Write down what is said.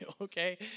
okay